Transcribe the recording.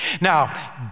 Now